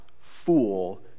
fool